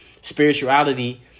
spirituality